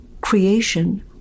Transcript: creation